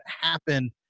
happen